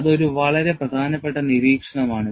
അത് ഒരു വളരെ പ്രധാനപ്പെട്ട നിരീക്ഷണം ആണ്